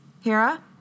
Hera